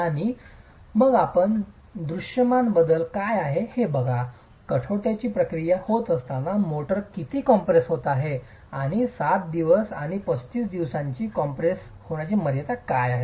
आणि मग आपण दृष्यमान बदल काय आहे ते पहा कठोरतेची प्रक्रिया होत असताना मोर्टार किती कॉम्प्रेस होत आहे 7 दिवस आणि 35 दिवसांनी आणि कॉम्प्रेस होण्यास मर्यादा आहेत